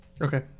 Okay